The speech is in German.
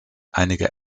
einige